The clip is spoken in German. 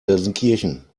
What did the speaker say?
gelsenkirchen